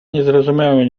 niezrozumiały